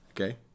Okay